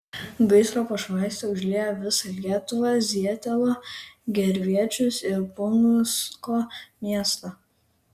gaisro pašvaistė užlieja visą lietuvą zietelą gervėčius ir punsko miestą